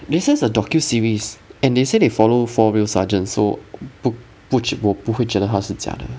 it's just a docu series and they say they follow four real sergeants so 不不 ju~ 我不会觉得它是假的